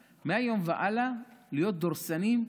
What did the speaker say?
מה, מהיום והלאה להיות דורסניים?